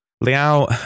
Liao